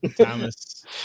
Thomas